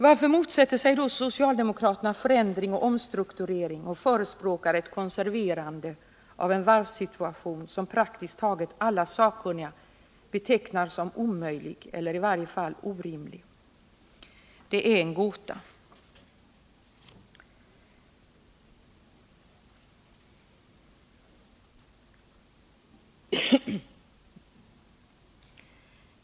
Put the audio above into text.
Varför motsätter sig socialdemokraterna förändring och omstrukturering och förespråkar ett konserverande av en varvssituation som praktiskt taget alla sakkunniga betecknar som omöjlig eller i varje fall orimlig? Det är en gåta.